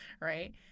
Right